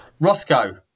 Roscoe